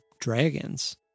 dragons